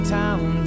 town